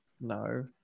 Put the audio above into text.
no